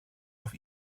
auf